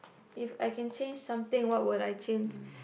If I can change something what would I change